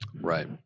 right